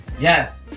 Yes